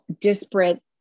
disparate